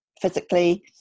physically